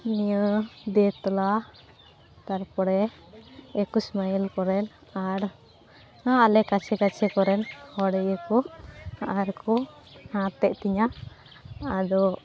ᱱᱤᱭᱟᱹ ᱫᱮᱛᱚᱞᱟ ᱛᱟᱨᱯᱚᱨᱮ ᱮᱠᱩᱥ ᱢᱟᱭᱤᱞ ᱠᱚᱨᱮᱱ ᱟᱨ ᱟᱞᱮ ᱠᱟᱪᱷᱮᱼᱠᱟᱪᱷᱮ ᱠᱚᱨᱮᱱ ᱦᱚᱲ ᱜᱮᱠᱚ ᱟᱨᱠᱚ ᱦᱟᱛᱮᱫ ᱛᱤᱧᱟᱹ ᱟᱫᱚ